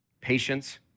patience